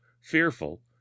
fearful